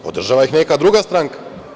Podržava ih neka druga stranka.